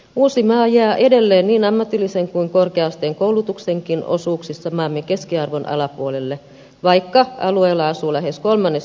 uusimaa jää edelleen niin ammatillisen kuin korkea asteen koulutuksenkin osuuksissa maamme keskiarvon alapuolelle vaikka alueella asuu lähes kolmannes maamme väestöstä